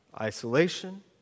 Isolation